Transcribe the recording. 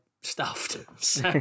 stuffed